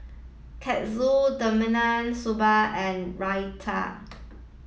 Katsu Sambar and Raita